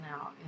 now